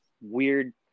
weird